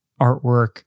artwork